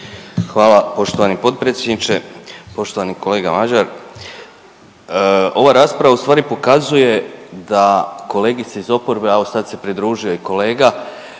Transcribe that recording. Hvala poštovani potpredsjedniče, poštovani kolega Mađar. Ova rasprava u stvari pokazuje da kolegice iz oporbe a evo sad se pridružuje i kolega